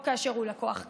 או כאשר הוא לקוח קיים,